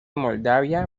moldavia